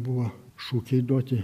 buvo šūkiai duoti